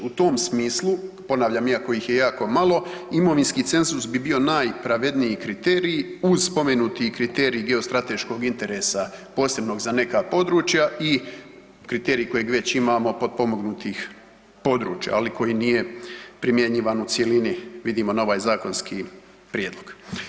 U tom smislu, ponavljam iako ih je jako malo, imovinski cenzus bi bio najpravedniji kriterij uz spomenuti kriterij geostrateškog interesa posebnog za neka područja i kriterij koji već imamo potpomognutih područja ali koji nije primjenjivan u cjelini vidimo na ovaj zakonski prijedlog.